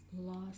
lost